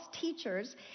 teachers